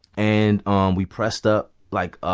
and um we pressed up, like, ah